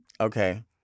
okay